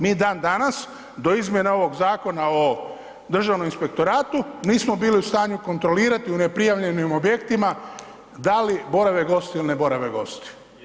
Mi da danas do izmjena ovog Zakona o Državnom inspektoratu nismo bili u stanju kontrolirati u neprijavljenim objektima da li borave gosti ili ne borave gosti.